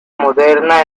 moderna